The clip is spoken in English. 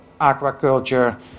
aquaculture